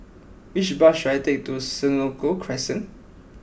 which bus should I take to Senoko Crescent